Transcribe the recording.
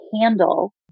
handle